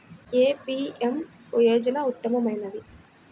ఏ PM యోజన ఉత్తమమైనది?